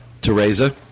Teresa